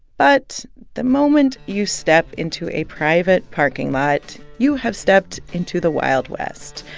but the moment you step into a private parking lot, you have stepped into the wild west,